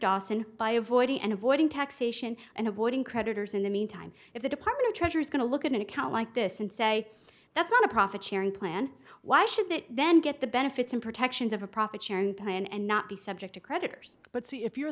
dawson by avoiding and avoiding taxation and avoiding creditors in the meantime if the department of treasury is going to look at an account like this and say that's not a profit sharing plan why should that then get the benefits and protections of a profit sharing plan and not be subject to creditors but see if you're